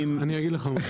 אני אגיד לך,